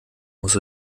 muss